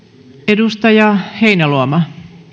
edustaja heinäluoma